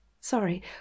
Sorry